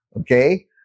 Okay